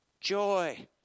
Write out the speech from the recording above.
joy